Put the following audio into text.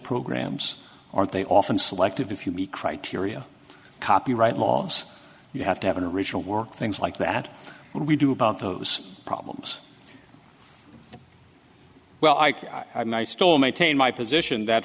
programs are they often selective if you meet criteria copyright laws you have to have an original work things like that we do about those problems well i mean i still maintain my position that